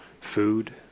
food